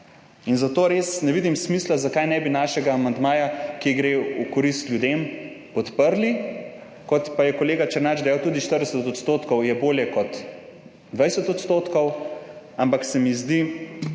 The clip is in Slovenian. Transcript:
in zato res ne vidim smisla, zakaj ne bi našega amandmaja, ki gre v korist ljudem, podprli, kot pa je kolega Černač dejal, tudi 40 % je bolje kot 20 %, ampak se mi zdi,